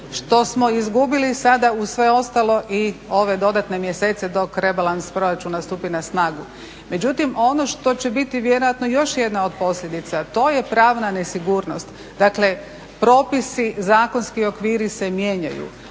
što smo izgubili sada uz sve ostalo i ove dodatne mjesece dok rebalans proračuna stupi na snagu. Međutim, ono što će biti vjerojatno još jedna od posljedica, to je pravna nesigurnost, dakle, propisi, zakonski okviri se mijenjaju.